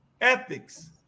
ethics